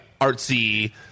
artsy